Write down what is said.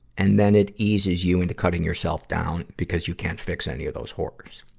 and then it eases you into cutting yourself down because you can't fix any of those horrors.